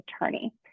attorney